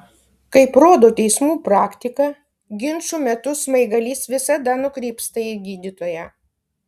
kaip rodo teismų praktika ginčų metu smaigalys visada nukrypsta į gydytoją